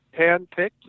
handpicked